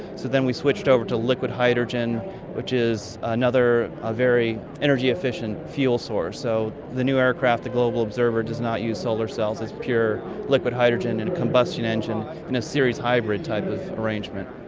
so then we switched over to liquid hydrogen which is another ah very energy efficient fuel source. so the new aircraft, the global observer, does not use solar cells, it's pure liquid hydrogen and a combustion engine in a series hybrid type of arrangement.